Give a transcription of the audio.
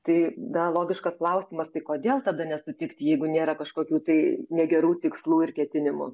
tai na logiškas klausimas tai kodėl tada nesutikt jeigu nėra kažkokių tai negerų tikslų ir ketinimų